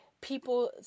people